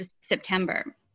September